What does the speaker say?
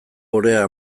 orea